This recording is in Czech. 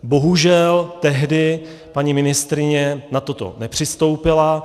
Bohužel tehdy paní ministryně na toto nepřistoupila.